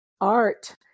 art